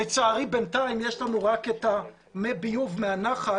לצערי בינתיים יש לנו רק את מי הביוב מהנחל